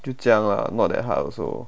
就这样 lah not that hard also